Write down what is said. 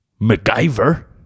MacGyver